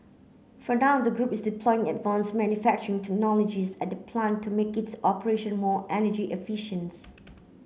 for now the group is deploying advanced manufacturing technologies at the plant to make its operation more energy